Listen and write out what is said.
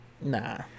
Nah